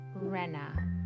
Rena